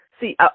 See